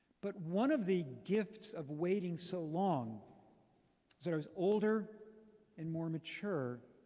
but one of the gifts of waiting so long is that i was older and more mature.